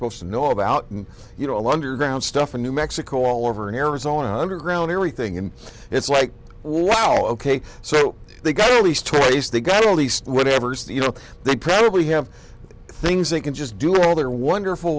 supposed to know about you know longer down stuff in new mexico all over arizona underground everything and it's like wow ok so they've got all these toys they got all these whatevers you know they probably have things they can just do all their wonderful